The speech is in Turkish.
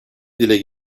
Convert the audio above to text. dile